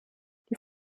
die